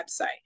website